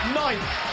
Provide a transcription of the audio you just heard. ninth